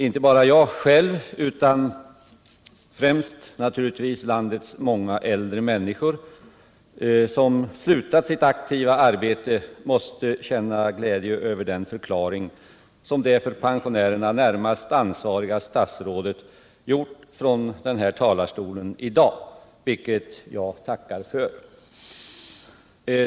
Inte bara jag själv utan främst naturligtvis landets många äldre människor som slutat sitt aktiva arbete måste känna glädje över den förklaring som det för pensionärerna närmast ansvariga statsrådet gjort från den här talarstolen i dag. Jag tackar för den.